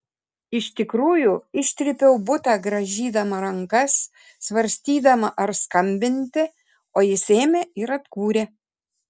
iš tikrųjų ištrypiau butą grąžydama rankas svarstydama ar skambinti o jis ėmė ir atkūrė